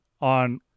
on